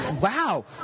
wow